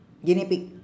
guinea pig